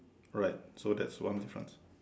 all right so that's one be front